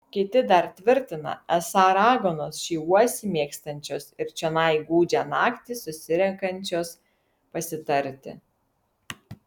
kiti dar tvirtina esą raganos šį uosį mėgstančios ir čionai gūdžią naktį susirenkančios pasitarti